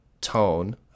tone